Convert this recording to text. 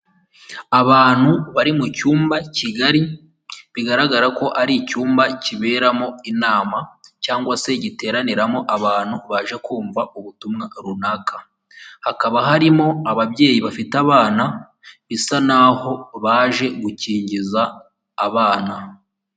Abantu bari mu cyumba kigari bigaragara ko ari icyumba kiberamo inama cyangwa se giteraniramo abantu baje kumva ubutumwa runaka. Hakaba harimo ababyeyi bafite abana, bisa n'aho baje gukingiza abana.